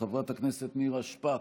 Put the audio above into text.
חברת הכנסת נירה שפק,